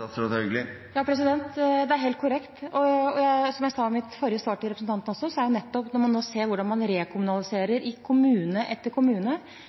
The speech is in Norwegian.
Det er helt korrekt. Som jeg sa i mitt forrige svar til representanten: Når man ser hvordan man rekommunaliserer i kommune etter kommune, er det nettopp